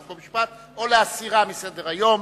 חוק ומשפט או להסירה מסדר-היום.